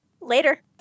Later